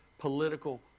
political